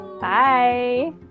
Bye